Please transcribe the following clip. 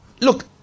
Look